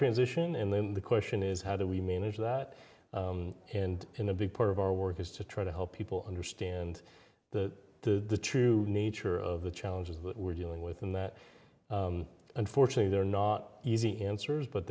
transition and then the question is how do we manage that and in a big part of our work is to try to help people understand the true nature of the challenges that we're dealing with and that unfortunately there are not easy answers but